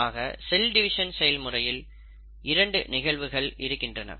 ஆக cell division செயல்முறையில் இரண்டு நிகழ்வுகள் இருக்கின்றன